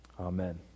Amen